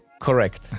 Correct